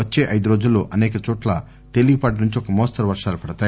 వచ్చే ఐదు రోజుల్లో అసేకచోట్ల తేలికపాటి నుంచి ఒక మోస్తరు వర్షాలు పడతా